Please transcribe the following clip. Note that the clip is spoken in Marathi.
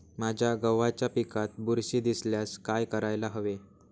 माझ्या गव्हाच्या पिकात बुरशी दिसल्यास काय करायला हवे?